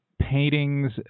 paintings